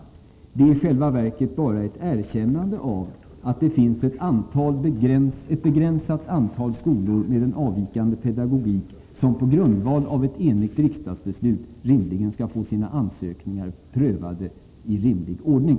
Det är i själva verket bara ett erkännande av att det finns ett begränsat antal skolor med en avvikande pedagogik som på grundval av ett enigt riksdagsbeslut skall få sina ansökningar prövade i rimlig ordning.